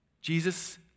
Jesus